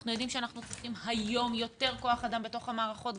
אנחנו יודעים שאנחנו צריכים היום יותר כוח אדם בתוך המערכות,